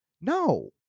No